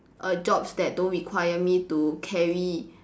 err jobs that don't require me to carry